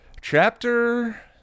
Chapter